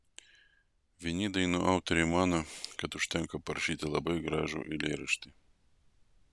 vieni dainų autoriai mano kad užtenka parašyti labai gražų eilėraštį